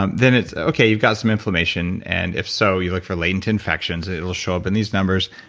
um then, it's, okay. you've got some inflammation and if so, you look for latent infections, and it will show up in these numbers.